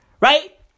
right